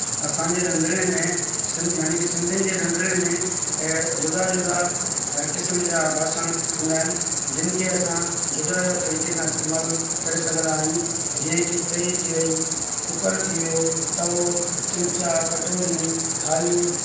असांजे रंधिड़े में सिंध याने की सिंधियुनि जे रंधिड़े में ऐं जुदा जुदा हर क़िस्म जा बासण थींदा आहिनि जिनखे असां जुदा जुदा तरीके सां इस्तमाल करे सघंदा आयूं जीअं की तई थी वई कुकर थी वियो तवो चमचा कटोरियूं थालियूं